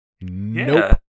Nope